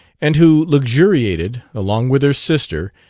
and who luxuriated, along with her sister,